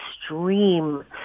extreme